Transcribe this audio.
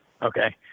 Okay